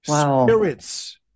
Spirits